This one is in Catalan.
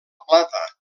plata